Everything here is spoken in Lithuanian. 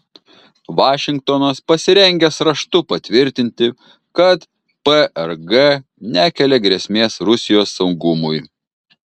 vašingtonas pasirengęs raštu patvirtinti kad prg nekelia grėsmės rusijos saugumui